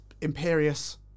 imperious